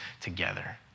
together